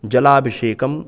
जलाभिषेकम्